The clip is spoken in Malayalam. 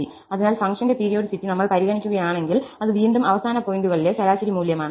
അതിനാൽ ഫംഗ്ഷന്റെ പീരിയോഡിസിറ്റി നമ്മൾ പരിഗണിക്കുകയാണെങ്കിൽ അത് വീണ്ടും അവസാന പോയിന്റുകളിലെ ശരാശരി മൂല്യമാണ്